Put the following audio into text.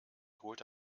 holte